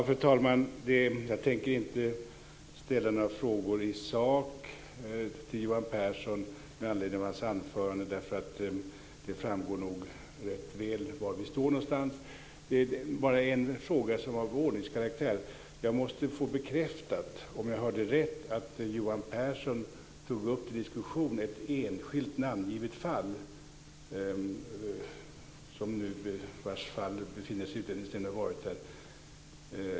Fru talman! Jag tänker inte ställa några frågor i sak till Johan Pehrson med anledning av hans anförande. Det framgår nog rätt väl var vi står någonstans. Jag har bara en fråga av ordningskaraktär. Jag måste få bekräftat om jag hörde rätt att Johan Pehrson tog upp ett enskilt namngivet fall till diskussion.